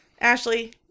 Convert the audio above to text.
Ashley